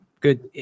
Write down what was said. Good